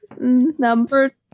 number